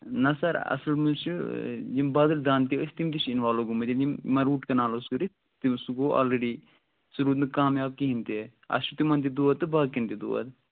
نہَ سر اَصٕل منٛز چھُو یِم بدل دنٛد تہِ ٲسۍ تِم تہِ چھِ اِنوالوٗ گٔمٕتۍ یِمن روٗٹ کنال اوس کٔرِتھ تہٕ سُے گوٚو آلریٚڈی سُہ روٗد نہٕ کامیاب کِہیٖنۍ تہِ اَسہِ چھُ تِمن تہِ دود تہٕ باقین تہِ دود